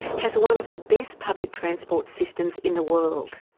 has one of the best public transport systems in the world.